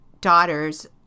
daughters